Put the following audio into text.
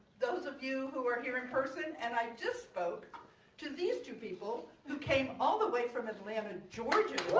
those of you who are here in person. and i just spoke to these two people who came all the way from atlanta georgia